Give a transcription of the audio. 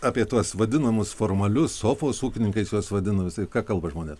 apie tuos vadinamus formalius sofos ūkininkais juos vadina visaip ką kalba žmones